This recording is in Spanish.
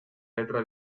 letra